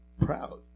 proud